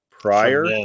Prior